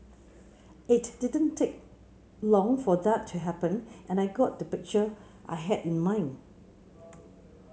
it didn't take long for that to happen and I got the picture I had in mind